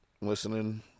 listening